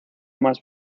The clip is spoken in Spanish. más